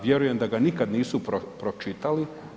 Vjerujem da ga nikad nisu pročitali.